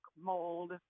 mold